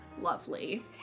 lovely